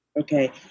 okay